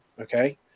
okay